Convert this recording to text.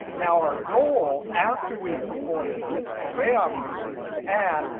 now, our goal after we perform this array operation is to add.